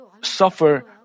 suffer